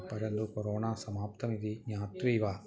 परन्तु कोरोना समाप्तमिति ज्ञात्वैव